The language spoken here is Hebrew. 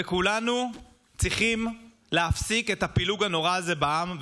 וכולנו צריכים להפסיק את הפילוג הנורא הזה בעם,